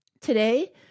Today